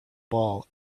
ball